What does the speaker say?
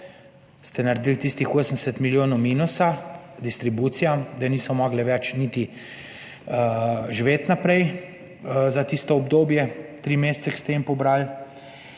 ste naredili tistih 80 milijonov minusa distribucijam, da niso mogle več niti živeti naprej za tisto obdobje treh mesecev, ko ste jim pobrali.